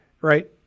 right